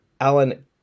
Alan